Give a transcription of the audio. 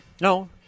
no